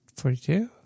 forty-two